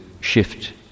shift